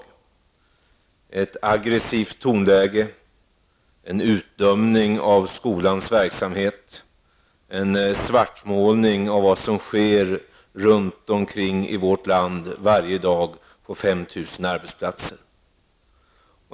Det är ett aggressivt tonläge, ett utdömande av skolans verksamhet, en svartmålning av vad som sker runt om i vårt land varje dag på 5 000 arbetsplatser.